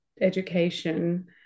education